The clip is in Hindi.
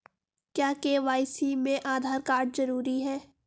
क्या के.वाई.सी में आधार कार्ड जरूरी है?